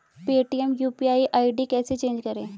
Paytm UPI ID कैसे change करें?